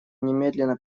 немедленно